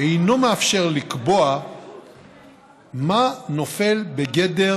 אינו מאפשר לקבוע מה נופל בגדר